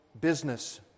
business